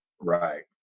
Right